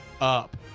up